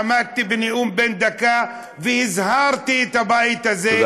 עמדתי בנאום בן דקה והזהרתי את הבית הזה על